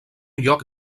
lloc